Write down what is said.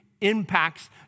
impacts